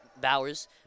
Bowers